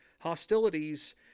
hostilities